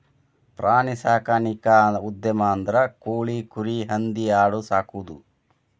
ಪ್ರಾಣಿ ಸಾಕಾಣಿಕಾ ಉದ್ಯಮ ಅಂದ್ರ ಕೋಳಿ, ಕುರಿ, ಹಂದಿ ಆಡು ಸಾಕುದು